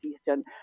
Eastern